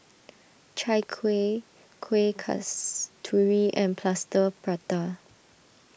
Chai Kuih Kueh Kasturi and Plaster Prata